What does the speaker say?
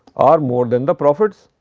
or more than the profits